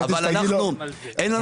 אין לנו